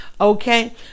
okay